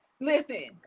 Listen